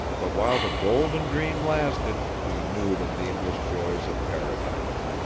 but while the golden dream lasted, he knew the nameless joys of paradise.